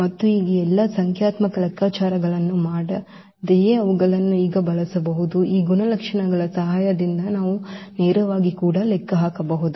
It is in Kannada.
ಮತ್ತು ಈಗ ಈ ಎಲ್ಲಾ ಸಂಖ್ಯಾತ್ಮಕ ಲೆಕ್ಕಾಚಾರಗಳನ್ನು ಮಾಡದೆಯೇ ಅವುಗಳನ್ನು ಈಗ ಬಳಸಬಹುದು ಈ ಗುಣಲಕ್ಷಣಗಳ ಸಹಾಯದಿಂದ ನಾವು ನೇರವಾಗಿ ಕೂಡ ಲೆಕ್ಕ ಹಾಕಬಹುದು